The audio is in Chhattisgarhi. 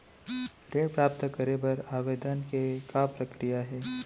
ऋण प्राप्त करे बर आवेदन के का प्रक्रिया हे?